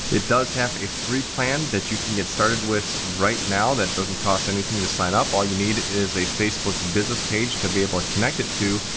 it does have a free plan that you can get started with right now, that doesn't cost anything to sign up. all you need is a facebook business page to be able to connect it to,